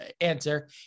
answer